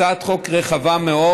הצעת חוק רחבה מאוד.